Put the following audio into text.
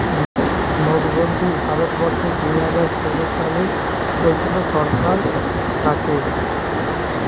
নোটবন্দি ভারত বর্ষে দুইহাজার ষোলো সালে হয়েছিল সরকার থাকে